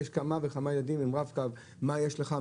יש כמה וכמה ילדים עם רב-קו מה יש לך,